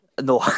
No